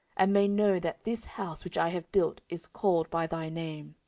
and may know that this house which i have built is called by thy name